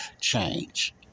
change